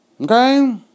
Okay